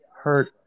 Hurt